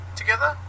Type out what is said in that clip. together